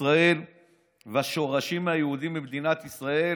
ישראל והשורשים היהודיים במדינת ישראל.